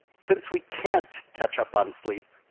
since we can't catch up on sleep,